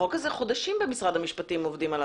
עובדים עליו חודשים במשרד המשפטים.